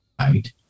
right